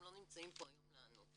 הם לא נמצאים פה היום לענות.